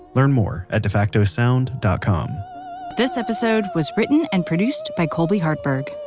learn more at defacto sound dot com this episode was written and produced by colby hartburg,